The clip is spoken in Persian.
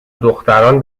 دختران